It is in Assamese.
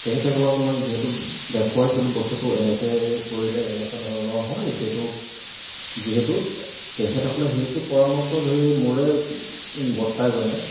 তেখেতসকলক মই যিহেতু দেখুৱাইছিলোঁ বস্তুটো এনেকৈ কৰিলে এনেকুৱা ধৰণৰ হয় যিহেতু যিহেতু তেখেতসকলে সেইটো পৰামৰ্শ ধৰি মোৰে বৰতা এজনে